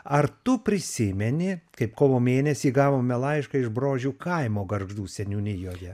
ar tu prisimeni kaip kovo mėnesį gavome laišką iš brožių kaimo gargždų seniūnijoje